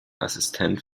assistent